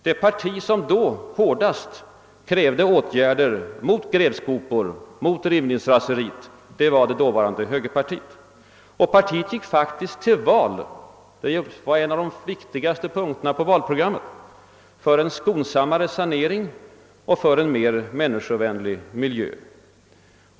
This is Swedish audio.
Det parti som hårdast krävde åtgärder mot grävskopor och rivningsraseri var det dåvarande högerpartiet. Partiet gick faktiskt till val — det var en av de viktigaste punkterna på valprogrammet — för en skonsammare sanering och för en mer människovänlig miljö.